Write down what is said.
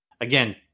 again